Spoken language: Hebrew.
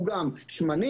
הוא גם שמנים,